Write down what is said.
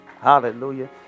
Hallelujah